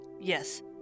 Yes